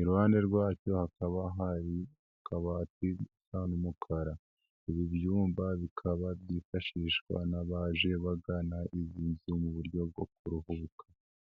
iruhande rwacyo hakaba hari akabati gasa n'umukara. Ibi byumba bikaba byifashishwa n'abaje bagana icumbi mu buryo bwo kuruhuka.